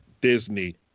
Disney